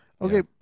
Okay